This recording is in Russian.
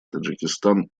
таджикистан